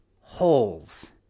holes